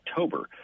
October